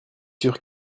sûr